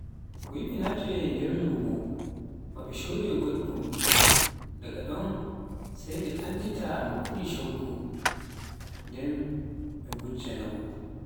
wuyɓe naatoyay nde lumu baa ɓe codai goɗɗun daga ɗon ɓe anndi tai mo ɓuri cuggu, nden ɓe ngujjana mo.